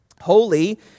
Holy